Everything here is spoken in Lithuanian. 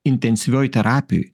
intensyvioj terapijoj